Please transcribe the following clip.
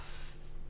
אני לא יודעת,